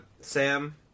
Sam